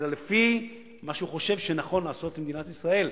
אלא לפי מה שהוא חושב שנכון לעשות למדינת ישראל.